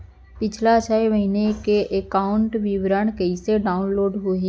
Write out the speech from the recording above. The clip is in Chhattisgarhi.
पिछला छः महीना के एकाउंट विवरण कइसे डाऊनलोड होही?